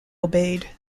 obeyed